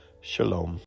Shalom